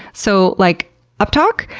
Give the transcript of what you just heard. so like uptalk,